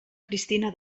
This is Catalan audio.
cristina